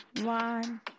one